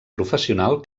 professional